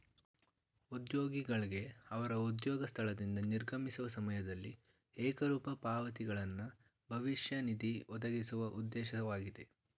ಉದ್ಯೋಗಿಗಳ್ಗೆ ಅವ್ರ ಉದ್ಯೋಗ ಸ್ಥಳದಿಂದ ನಿರ್ಗಮಿಸುವ ಸಮಯದಲ್ಲಿ ಏಕರೂಪ ಪಾವತಿಗಳನ್ನ ಭವಿಷ್ಯ ನಿಧಿ ಒದಗಿಸುವ ಉದ್ದೇಶವಾಗಿದೆ